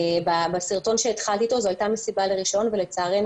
בסרטון בו צפינו הייתה מסיבה עם רישיון ולצערנו